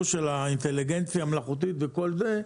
של האינטליגנציה המלאכותית וכל זה,